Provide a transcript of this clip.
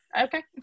okay